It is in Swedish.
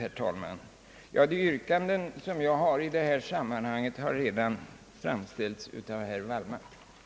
Herr talman! De yrkanden jag i detta ärende vill biträda har redan framställts av herr Wallmark. Herr andre vice talmannen, som för en stund övertog ledningen av kammarens förhandlingar, gav härefter ordet till